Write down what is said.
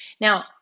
Now